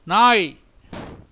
நாய்